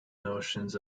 notions